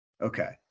Okay